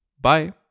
Bye